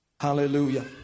Hallelujah